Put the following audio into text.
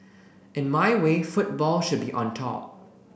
in my way football should be on top